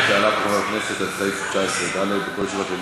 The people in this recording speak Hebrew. שאלה פה חברת הכנסת על סעיף 19(ד): "בכל ישיבה של הכנסת